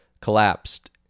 collapsed